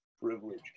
privilege